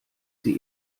sie